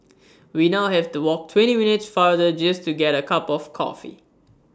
we now have to walk twenty minutes farther just to get A cup of coffee